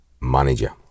manager